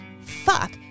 fuck